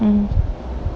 mm